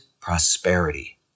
prosperity